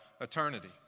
eternity